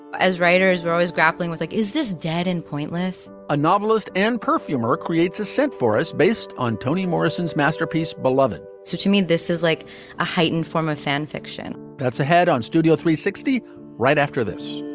as writers were always grappling with, like is this dead and pointless? a novelist and perfumer creates a scent for us based on toni morrison's masterpiece, beloved. so to me, this is like a heightened form of fan fiction. that's ahead on studio three hundred and sixty right after this